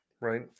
right